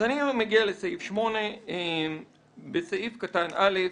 אז אני מגיע להסתייגות מספר 8. בסעיף קטן (א),